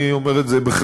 אני אומר את זה בכלל,